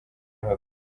ruhago